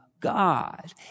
God